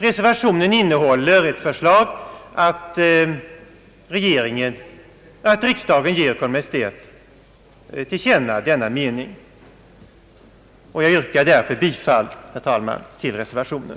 Reservationen innehåller ett förslag att riksdagen ger Kungl. Maj:t till känna denna mening. Jag yrkar därför, herr talman, bifall till reservationen.